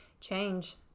change